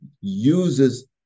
uses